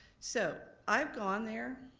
so, i've gone there